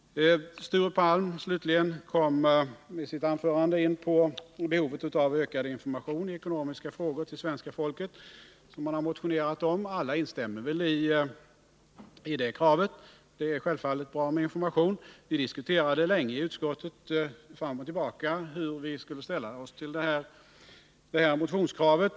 Slutligen kom Sture Palm i sitt anförande in på behovet av ökad information i ekonomiska frågor till svenska folket, som han har motionerat - Nr 121 om. Och alla instämmer väl i det kravet — det är självfallet bra med Onsdagen den information. Vi diskuterade länge i utskottet fram och tillbaka hur vi skulle ställa oss till detta motionskrav.